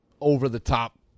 over-the-top